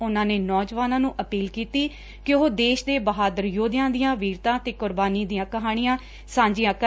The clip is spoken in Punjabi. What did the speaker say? ਊਨੂਂ ਨੇ ਨੌਜਵਾਨਾਂ ਨੂੰ ਅਪੀਲ ਕੀਤੀ ਕਿ ਊਹ ਦੇਸ਼ ਦੇ ਬਹਾਦਰ ਯੋਧਿਆਂ ਦੀਆਂ ਵੀਰਤਾ ਤੇ ਕੁਰਬਾਨੀ ਦੀਆਂ ਕਹਾਣੀਆਂ ਸਾਂਝੀਆਂ ਕਰਨ